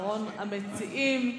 אחרון המציעים.